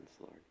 Lord